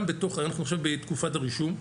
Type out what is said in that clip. אנחנו עכשיו בתקופת הרישום,